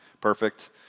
perfect